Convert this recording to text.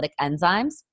enzymes